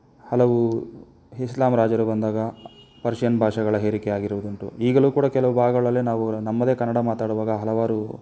ಹಲವು ಹಿಸ್ಲಾಮ್ ರಾಜರು ಬಂದಾಗ ಪರ್ಷಿಯನ್ ಭಾಷೆಗಳ ಹೇರಿಕೆಯಾಗಿರುವುದುಂಟು ಈಗಲೂ ಕೂಡ ಕೆಲವು ಭಾಗಗಳಲ್ಲಿ ನಾವು ನಮ್ಮದೇ ಕನ್ನಡ ಮಾತಾಡುವಾಗ ಹಲವಾರು